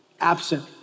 absent